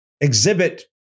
exhibit